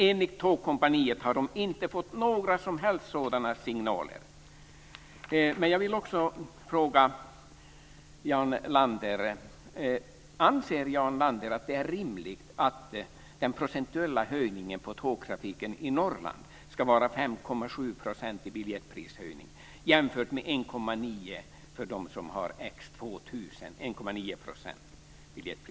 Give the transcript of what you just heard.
Enligt Tågkompaniet har de inte fått några som helst sådana signaler.